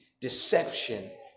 deception